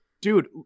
dude